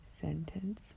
sentence